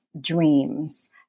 dreams